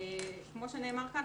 כמו שנאמר כאן,